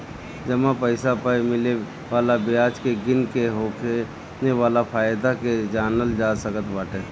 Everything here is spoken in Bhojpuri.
जमा पईसा पअ मिले वाला बियाज के गिन के होखे वाला फायदा के जानल जा सकत बाटे